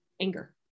anger